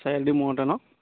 চাৰিআলিটোৰ মূৰতে ন